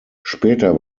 später